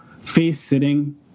face-sitting